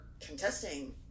contesting